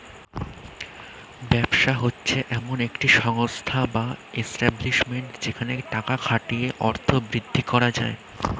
ব্যবসা হচ্ছে এমন একটি সংস্থা বা এস্টাব্লিশমেন্ট যেখানে টাকা খাটিয়ে অর্থ বৃদ্ধি করা যায়